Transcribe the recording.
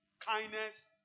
kindness